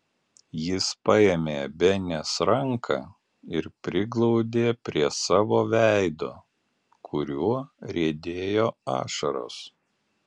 jis paėmė benės ranką ir priglaudė prie savo veido kuriuo riedėjo ašaros